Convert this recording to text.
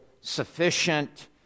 sufficient